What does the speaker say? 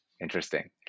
Interesting